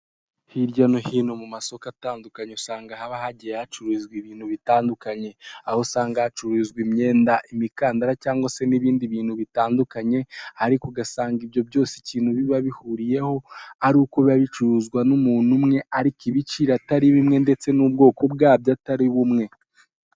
Hirya no hino mu masoko atandukanye usanga haba hagiye hacuruzwa ibintu bitandukanye, aho usanga hacururizwa imyenda imikandara cyangwa se n'ibindi bintu bitandukanye, ariko ugasanga ibyo byose ikintu biba bihuriyeho ari uku biba bicuruzwa n'umuntu umwe, ariko ibiciro atari bimwe ndetse n'ubwoko bwabyo atari bumwe.